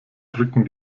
drücken